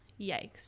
Yikes